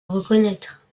reconnaître